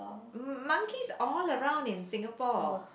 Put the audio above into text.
monkeys all around in Singapore